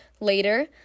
Later